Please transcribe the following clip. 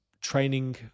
training